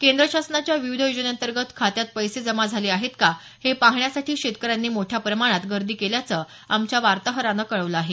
केंद्र शासनाच्या विविध योजने अंतगंत खात्यात पैसे जमा झाले आहेत का हे पाहण्यासाठी शेतकऱ्यांनी मोठ्या प्रमाणात गर्दी केल्याच आमच्या वार्ताहरान कळवल आहे